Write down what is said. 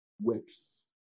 works